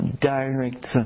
direct